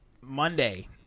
Monday